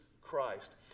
Christ